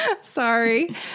Sorry